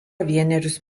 vienerius